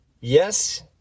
Yes